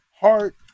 heart